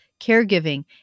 caregiving